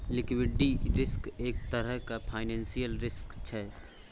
liquidity risk एक तरहक financial risk छै